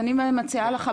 אז אני מציעה לך,